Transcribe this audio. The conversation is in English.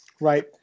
Right